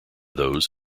those